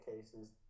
cases